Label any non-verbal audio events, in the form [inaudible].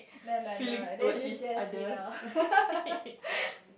no lah not that is just you know [laughs]